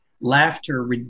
laughter